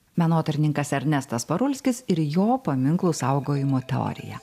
menotyrininkas ernestas parulskis ir jo paminklų saugojimo teorija